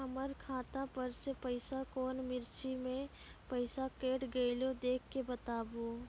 हमर खाता पर से पैसा कौन मिर्ची मे पैसा कैट गेलौ देख के बताबू?